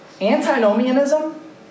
Antinomianism